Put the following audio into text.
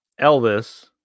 Elvis